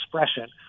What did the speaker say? expression